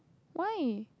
why